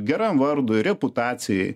geram vardui reputacijai